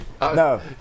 No